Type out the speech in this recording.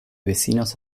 vecinos